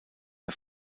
der